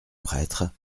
prêtre